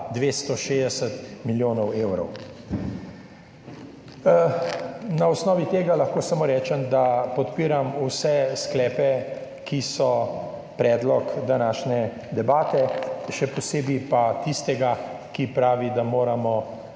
260 milijonov evrov. Na osnovi tega lahko samo rečem, da podpiram vse sklepe, ki so predlog današnje debate, še posebej pa tistega, ki pravi, da mora